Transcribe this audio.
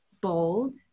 bold